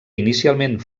inicialment